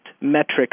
metrics